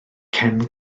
cen